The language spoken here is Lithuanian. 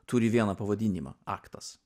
turi vieną pavadinimą aktas